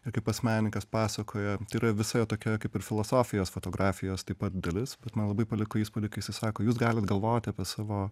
ir kaip pats menininkas pasakoja tai yra visa jo tokia kaip ir filosofijos fotografijos taip pat dalis bet man labai paliko įspūdį kai jisai sako jūs galit galvoti apie savo